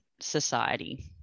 society